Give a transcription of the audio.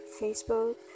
Facebook